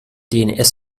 dns